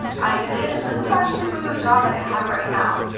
i did and this is actually for the job that i have right now.